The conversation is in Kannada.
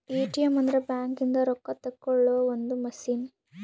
ಎ.ಟಿ.ಎಮ್ ಅಂದ್ರ ಬ್ಯಾಂಕ್ ಇಂದ ರೊಕ್ಕ ತೆಕ್ಕೊಳೊ ಒಂದ್ ಮಸಿನ್